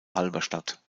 halberstadt